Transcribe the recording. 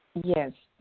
yes,